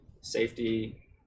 Safety